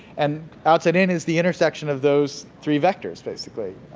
and outside in is the intersection of those three vectors, basically.